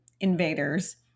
invaders